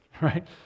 right